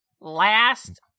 last